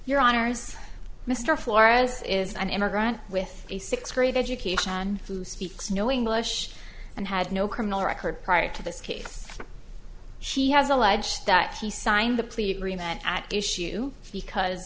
your honors mr flores is an immigrant with a sixth grade education who speaks no english and had no criminal record prior to this case she has alleged that he signed the plea agreement at issue because